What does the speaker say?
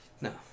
No